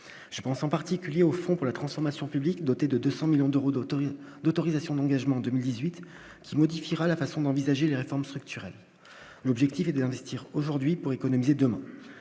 je pense en particulier au fond pour la transformation public doté de 200 millions d'euros d'Automne d'autorisations d'engagement 2018 qui modifiera la façon d'envisager les réformes structurelles, l'objectif est d'investir aujourd'hui pour économiser, demain,